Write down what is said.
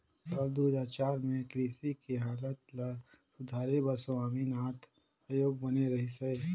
साल दू हजार चार में कृषि के हालत ल सुधारे बर स्वामीनाथन आयोग बने रहिस हे